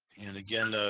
and again,